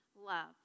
love